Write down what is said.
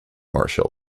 martial